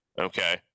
okay